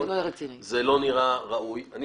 זה לא נראה ראוי.